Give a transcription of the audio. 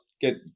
get